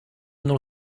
nello